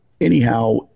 anyhow